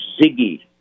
Ziggy